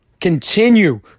continue